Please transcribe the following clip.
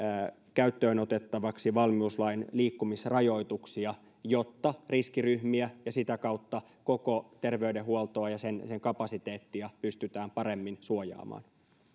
käyttöönotettavaksi valmiuslain liikkumisrajoituksia jotta riskiryhmiä ja sitä kautta koko terveydenhuoltoa ja sen kapasiteettia pystytään paremmin suojaamaan